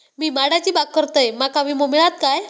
मी माडाची बाग करतंय माका विमो मिळात काय?